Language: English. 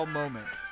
moment